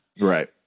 Right